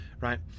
right